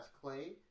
Clay